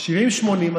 80,000-70,000,